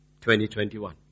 2021